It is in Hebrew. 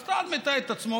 אז צה"ל מתעד את עצמו,